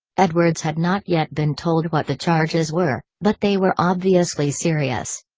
edwards had not yet been told what the charges were, but they were obviously serious.